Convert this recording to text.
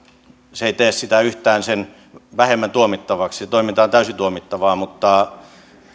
se ei tee sitä yhtään sen vähemmän tuomittavaksi se toiminta on täysin tuomittavaa mutta